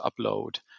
upload